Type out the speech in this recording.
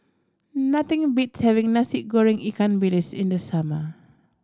nothing beats having Nasi Goreng ikan bilis in the summer